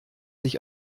sich